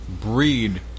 breed